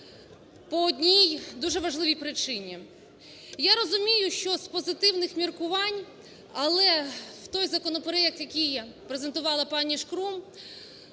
по одній дуже важливій причині. Я розумію, що з позитивних міркувань, але в той законопроект, який презентувала паніШкрум,